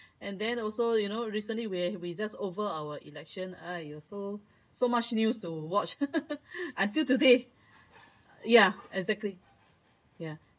and then also you know recently we we just over our election !aiyo! so so much news to watch until today ya exactly ya